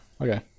okay